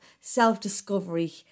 self-discovery